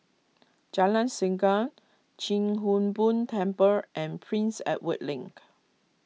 Jalan Segam Chia Hung Boo Temple and Prince Edward Link